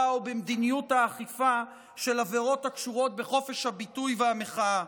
ובמדיניות האכיפה של עבירות הקשורות בחופש הביטוי והמחאה?